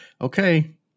okay